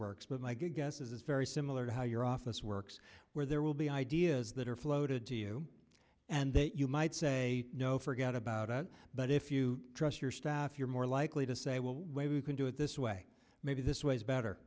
works but my guess is it's very similar to how your office works where there will be ideas that are floated to you and that you might say no forget about it but if you trust your staff you're more likely to say well maybe you can do it this way maybe this way is better